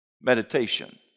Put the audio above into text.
meditation